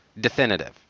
definitive